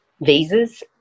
visas